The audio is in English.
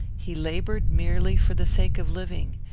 he laboured merely for the sake of living,